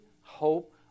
hope